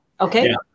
Okay